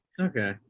okay